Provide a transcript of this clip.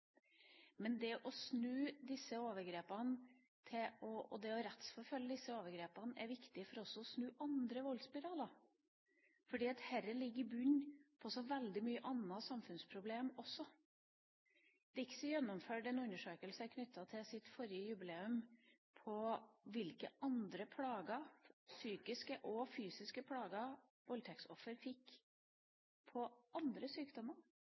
Men det å snu disse overgrepene og det å rettsforfølge disse overgrepene er viktig også for å snu andre voldsspiraler – for dette ligger i bunnen i veldig mange andre samfunnsproblemer også. DIXI gjennomførte en undersøkelse knyttet til sitt forrige jubileum av hvilke andre plager – psykiske og fysiske – voldtektsofre fikk med tanke på andre sykdommer.